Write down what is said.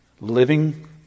Living